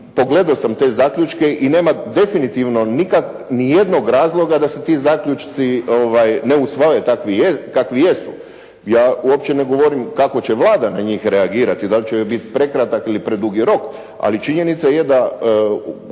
pogledao sam te zaključke i nema definitivno ni jednog razloga da se ti zaključci ne usvajaju kakvi jesu. Ja uopće ne govorim kako će Vlada na njih reagirati, da li će joj biti prekratak ili predugi rok, ali činjenica je da